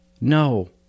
No